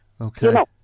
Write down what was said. Okay